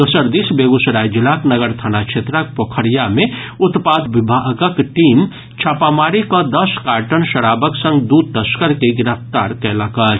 दोसर दिस बेगूसराय जिलाक नगर थाना क्षेत्रक पोखरिया मे उत्पाद विभागक टीम छापामारी कऽ दस कार्टन शराबक संग दू तस्कर के गिरफ्तार कयलक अछि